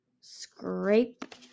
scrape